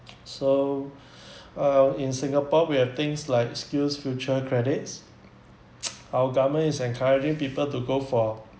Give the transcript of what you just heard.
so uh in singapore we have things like skills future credits our government is encouraging people to go for